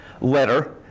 letter